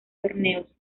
torneos